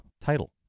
title